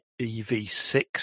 EV6